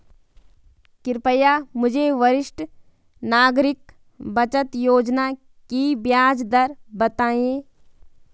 कृपया मुझे वरिष्ठ नागरिक बचत योजना की ब्याज दर बताएँ